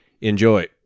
Enjoy